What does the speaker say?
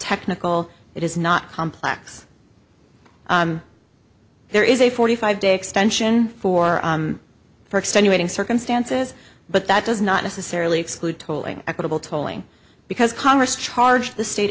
technical it is not complex there is a forty five day extension for for extenuating circumstances but that does not necessarily exclude tolling equitable tolling because congress charged the state